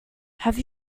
have